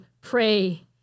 pray